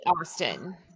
Austin